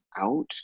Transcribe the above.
out